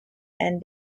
and